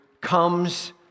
comes